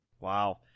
Wow